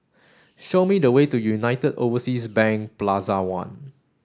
show me the way to United Overseas Bank Plaza One